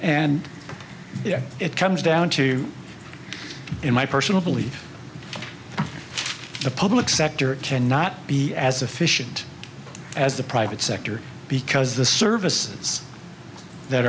d it comes down to in my personal belief the public sector cannot be as efficient as the private sector because the services that